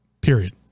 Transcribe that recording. Period